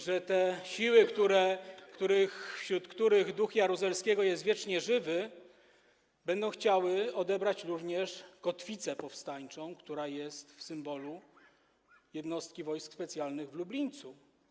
że te siły, wśród których duch Jaruzelskiego jest wiecznie żywy, będą chciały odebrać również kotwicę powstańczą, która jest w symbolu jednostki wojsk specjalnych w Lublińcu.